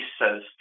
says